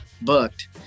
booked